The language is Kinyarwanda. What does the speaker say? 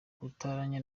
gufatanya